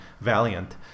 Valiant